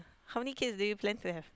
how many kids do you plan to have